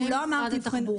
הוא לא אמר שזה תחבורה.